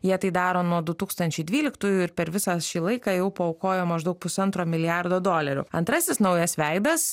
jie tai daro nuo du tūkstančiai dvyliktųjų ir per visą šį laiką jau paaukojo maždaug pusantro milijardo dolerių antrasis naujas veidas